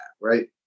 Right